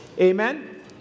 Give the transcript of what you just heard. Amen